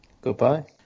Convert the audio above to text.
Goodbye